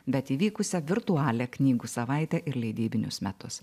bet įvykusią virtualią knygų savaitę ir leidybinius metus